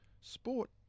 sport